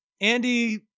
Andy